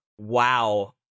wow